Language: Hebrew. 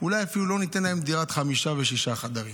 אולי אפילו לא ניתן להם דירת חמישה ושישה חדרים.